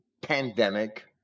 pandemic